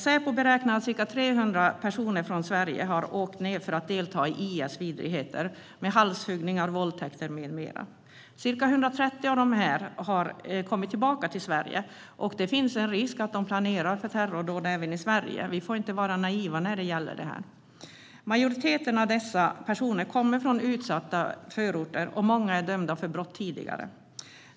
Säpo beräknar att ca 300 personer från Sverige har åkt ned för att delta i IS vidrigheter, med halshuggningar, våldtäkter med mera. Ca 130 av dem har kommit tillbaka till Sverige, och det finns en risk att de planerar för terrordåd även här. Vi får inte vara naiva när det gäller detta. Majoriteten av dessa personer kommer från utsatta förorter, och många är dömda för brott tidigare.